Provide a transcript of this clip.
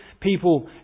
people